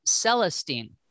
Celestine